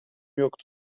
yoktu